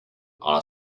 are